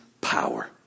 power